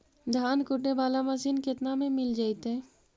धान कुटे बाला मशीन केतना में मिल जइतै?